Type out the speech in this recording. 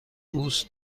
دوست